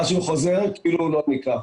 עד שחוזרים, כאילו לא ניקו.